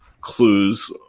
clues